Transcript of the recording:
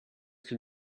can